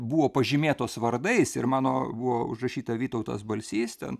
buvo pažymėtos vardais ir mano buvo užrašyta vytautas balsys ten